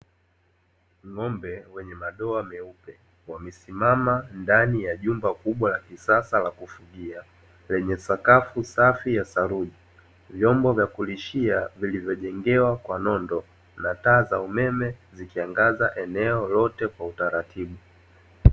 Ng'ombe wenye madoa meupe, wamesimama ndani ya jumba kubwa la kisasa la kufugia, lenye sakafu safi ya saruu. Vyombo vya kulishia vilivyojengewa kwa nondo na taa za umeme zikiangaza eneo lote kwa utaratibu.